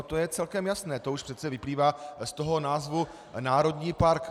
To je celkem jasné, to už přece vyplývá z názvu národní park.